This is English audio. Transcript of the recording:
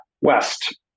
West